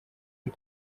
big